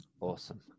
Awesome